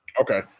Okay